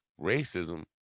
racism